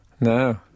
No